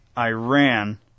Iran